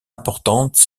importante